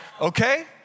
okay